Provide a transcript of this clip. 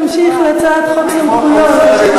אנחנו נמשיך להצעת חוק סמכויות לשם